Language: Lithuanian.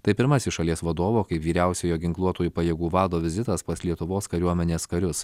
tai pirmasis šalies vadovo kaip vyriausiojo ginkluotųjų pajėgų vado vizitas pas lietuvos kariuomenės karius